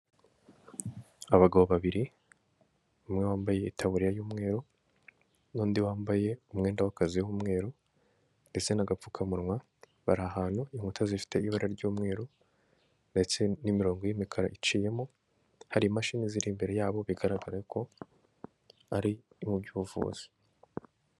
Abagabo babiri, umwe wambaye taburiya y'umweru, n'undi wambaye umwenda w'akazi w'umweru, ndetse n'agapfukamunwa, bari ahantu inkuta zifite ibara ry'umweru ndetse n'imirongo y'imikara iciyemo, hari imashini ziri imbere yabo bigaragara ko ari ibyububuvuzi